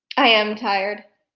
i am tired.